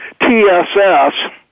TSS